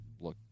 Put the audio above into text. look